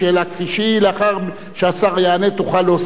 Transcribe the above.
ולאחר שהשר יענה תוכל להוסיף מה שאתה רוצה.